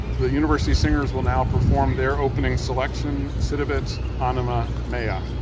the university singers will now perform their opening selection, sitivit anima mea. ah